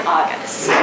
August